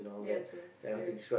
yes yes correct